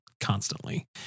constantly